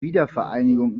wiedervereinigung